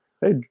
Hey